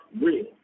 real